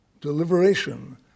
deliberation